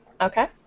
Okay